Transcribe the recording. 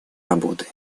работы